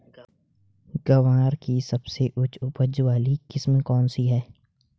ग्वार की सबसे उच्च उपज वाली किस्म कौनसी है?